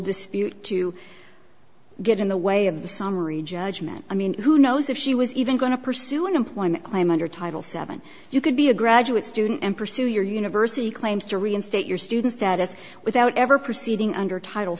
dispute to get in the way of the summary judgment i mean who knows if she was even going to pursue an employment claim under title seven you could be a graduate student and pursue your university claims to reinstate your student status without ever proceeding under title